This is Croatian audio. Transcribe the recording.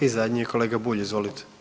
I zadnji je kolega Bulj, izvolite.